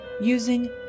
using